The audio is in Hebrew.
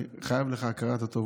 אני חייב לך הכרת הטוב.